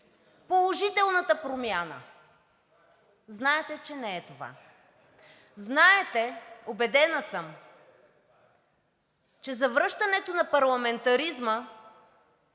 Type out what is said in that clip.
положителната промяна? Знаете, че не е това. Знаете, убедена съм, че завръщането на парламентаризма